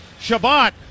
Shabbat